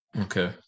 Okay